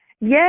Yes